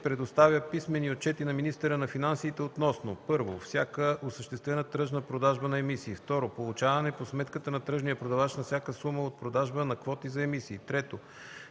предоставя писмени отчети на министъра на финансите относно: 1. всяка осъществена тръжна продажба на емисии; 2. получаване по сметката на тръжния продавач на всяка сума от продажба на квоти за емисии;